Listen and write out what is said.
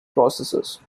processes